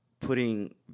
putting